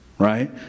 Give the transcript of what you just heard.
right